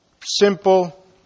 simple